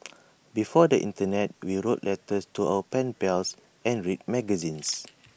before the Internet we wrote letters to our pen pals and read magazines